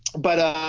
but